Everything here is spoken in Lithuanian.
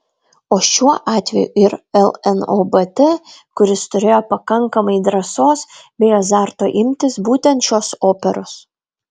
o šiuo atveju ir lnobt kuris turėjo pakankamai drąsos bei azarto imtis būtent šios operos